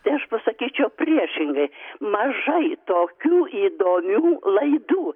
tai aš pasakyčiau priešingai mažai tokių įdomių laidų